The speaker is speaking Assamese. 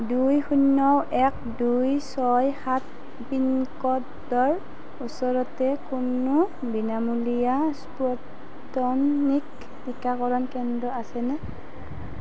দুই শূন্য এক দুই ছয় সাত পিনক'ডৰ ওচৰতে কোনো বিনামূলীয়া স্পুটনিক টিকাকৰণ কেন্দ্ৰ আছেনে